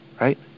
right